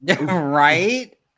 Right